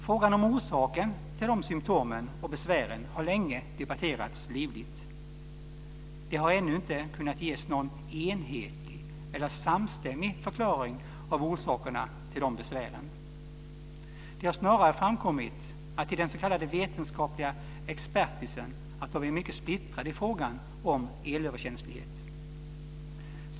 Frågan om orsaken till symtomen och besvären har länge debatterats livligt men det har ännu inte kunnat ges någon enhetlig eller samstämmig förklaring till orsakerna när det gäller de här besvären. Snarare har det framkommit att den s.k. vetenskapliga expertisen är mycket splittrad i frågan om elöverkänslighet.